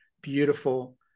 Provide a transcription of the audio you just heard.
Beautiful